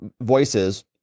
voices